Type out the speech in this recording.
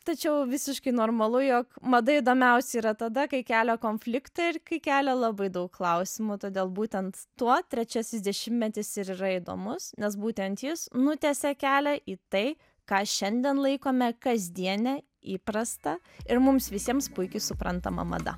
tačiau visiškai normalu jog mada įdomiausia yra tada kai kelia konfliktą ir kai kelia labai daug klausimų todėl būtent tuo trečiasis dešimtmetis ir yra įdomus nes būtent jis nutiesė kelią į tai ką šiandien laikome kasdiene įprasta ir mums visiems puikiai suprantama mada